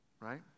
right